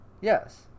Yes